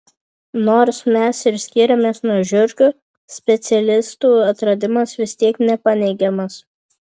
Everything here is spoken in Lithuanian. nors mes ir skiriamės nuo žiurkių specialistų atradimas vis tiek nepaneigiamas